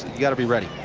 you got to be ready.